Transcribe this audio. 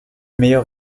meilleur